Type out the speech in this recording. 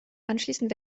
anschließend